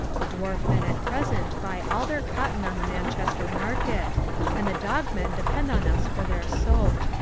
the dwarf men at present buy all their cotton on the manchester market and the dog men depend on us for their soap.